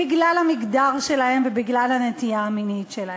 בגלל המגדר שלהם ובגלל הנטייה המינית שלהם.